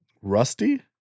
Rusty